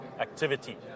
activity